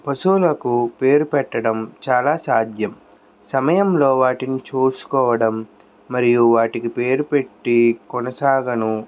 పశువులకు పేరు పెట్టడం చాలా సాధ్యం సమయంలో వాటిని చూసుకోవడం మరియు వాటికి పేరు పెట్టి కొనసాగాను